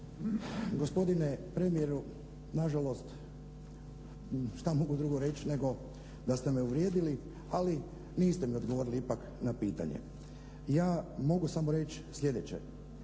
Gospodine premijeru nažalost šta mogu drugo reći nego da ste me uvrijedili ali niste mi odgovorili ipak na pitanje. Ja mogu samo reć' sljedeće.